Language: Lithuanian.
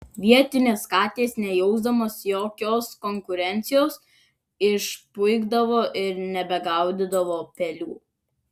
vietinės katės nejausdamos jokios konkurencijos išpuikdavo ir nebegaudydavo pelių